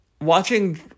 Watching